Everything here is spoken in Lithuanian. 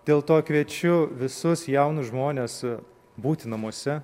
dėl to kviečiu visus jaunus žmones būti namuose